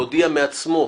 להודיע מעצמו,